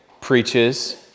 preaches